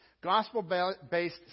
Gospel-based